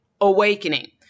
awakening